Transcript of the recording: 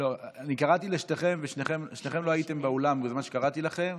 קראתי לשניכם ושניכם לא הייתי באולם בזמן שקראתי לכם.